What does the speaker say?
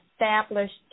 established